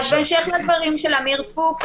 בהמשך לדברים של עמיר פוקס,